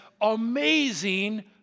amazing